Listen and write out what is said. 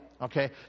Okay